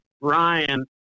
Ryan